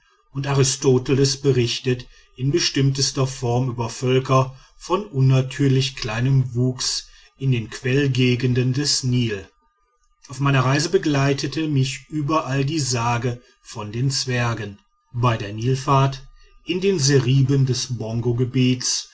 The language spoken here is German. und aristoteles berichtet in bestimmtester form über völker von unnatürlich kleinem wuchs in den quellgegenden des nil auf meiner reise begleitete mich überall die sage von den zwergen bei der nilfahrt in den seriben des